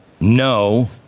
no